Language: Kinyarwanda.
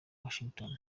washington